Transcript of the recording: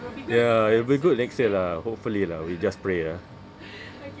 ya it'll be good next year lah hopefully lah we just pray ah